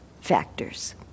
factors